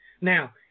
Now